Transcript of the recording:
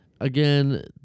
Again